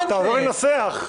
תעזור לנסח.